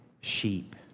sheep